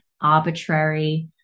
arbitrary